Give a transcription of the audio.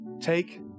take